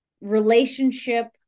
relationship